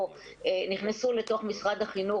או נכנסו לתוך משרד החינוך,